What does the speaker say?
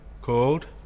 called